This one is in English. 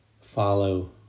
follow